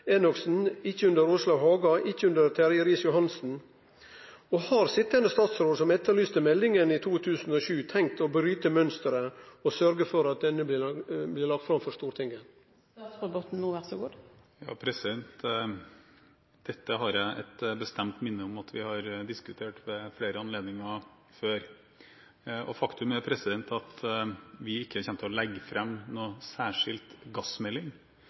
Enoksen, ikkje under Åslaug Haga og ikkje under Terje Riis-Johansen. Har sitjande statsråd, som etterlyste meldinga i 2007, tenkt å bryte mønsteret og sørgje for at meldinga blir lagd fram for Stortinget? Jeg har et sterkt minne om at vi har diskutert dette ved flere anledninger før. Faktum er at vi ikke kommer til å legge fram noen særskilt gassmelding.